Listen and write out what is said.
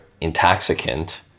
intoxicant